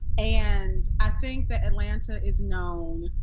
and i think that atlanta is known.